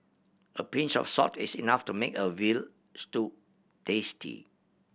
a pinch of salt is enough to make a veal stew tasty